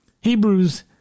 Hebrews